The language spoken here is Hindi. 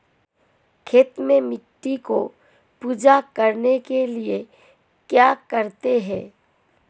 खेत में मिट्टी को पूरा करने के लिए क्या करते हैं?